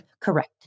Correct